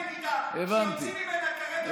היא מדינה ידידה שיוצאים ממנה כרגע מיליונים.